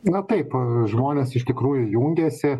na taip žmonės iš tikrųjų jungėsi